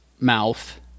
mouth